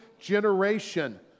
generation